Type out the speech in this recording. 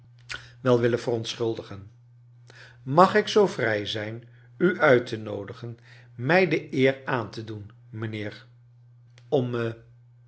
wel willen verontschuldigen mag ik zoo vrij zijn u uit te noodigen mij de eer aan te doen mijnheer omme